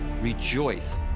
rejoice